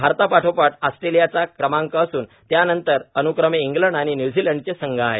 भारतापाठोपाठ ऑस्ट्रेलियाचा क्रमांक असून त्यानंतर अन्क्रमे इंग्लंड आणि न्य्झीलंडचे संघ आहेत